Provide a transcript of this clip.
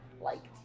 liked